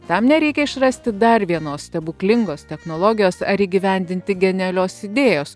tam nereikia išrasti dar vienos stebuklingos technologijos ar įgyvendinti genialios idėjos